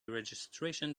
registration